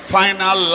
final